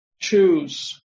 choose